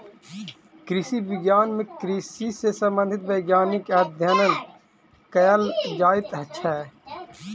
कृषि विज्ञान मे कृषि सॅ संबंधित वैज्ञानिक अध्ययन कयल जाइत छै